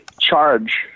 charge